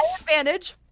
advantage